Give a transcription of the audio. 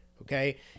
okay